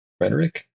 rhetoric